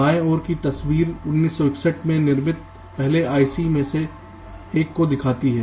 bye ओर की तस्वीर 1961 में निर्मित पहले आईसी में से एक को दिखाती है